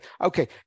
okay